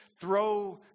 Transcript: throw